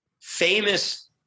famous